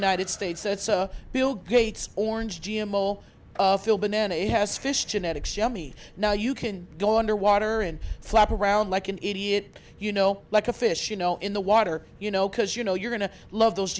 united states it's a bill gates orange g m will feel banana it has fish genetics yummy now you can go underwater and flop around like an idiot you know like a fish you know in the water you know because you know you're going to love those